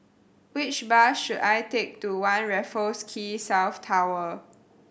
which bus should I take to One Raffles Quay South Tower